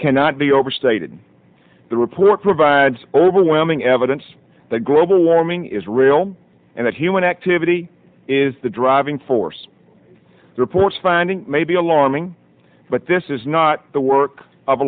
cannot be overstated the report provides overwhelming evidence that global warming is real and that human activity is the driving force report's findings may be alarming but this is not the work of